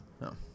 No